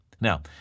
Now